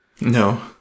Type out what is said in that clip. No